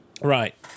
Right